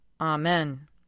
Amen